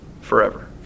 forever